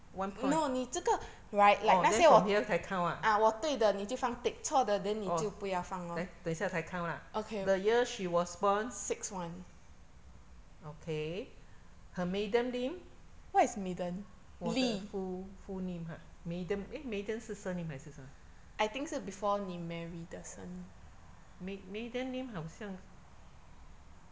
one point oh then from here 才 count ah orh then 等一下才 count lah the year she was born okay her maiden name 我的 full full name !huh! maiden eh maiden 是 surname 还是什么 mai~ maiden name 好像